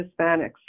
Hispanics